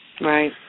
Right